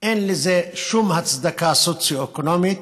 אין לזה שום הצדקה סוציו-אקונומית,